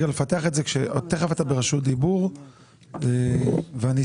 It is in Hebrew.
תכף אתה ברשות דיבור ותוכל להתייחס.